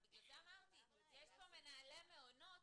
אז בגלל זה אמרתי שיש פה מנהלי מעונות